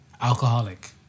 Alcoholic